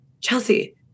Chelsea